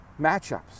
matchups